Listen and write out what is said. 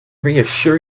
reassure